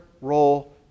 role